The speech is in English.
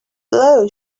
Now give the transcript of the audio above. blow